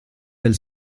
del